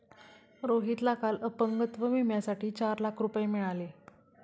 रोहितला काल अपंगत्व विम्यासाठी चार लाख रुपये मिळाले